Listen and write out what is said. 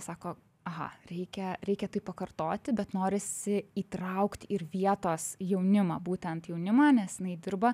sako aha reikia reikia tai pakartoti bet norisi įtraukt ir vietos jaunimą būtent jaunimą nes jinai dirba